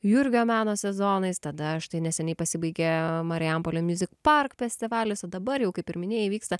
jurgio meno sezonais tada štai neseniai pasibaigė marijampolė music park festivalis dabar jau kaip ir minėjai vyksta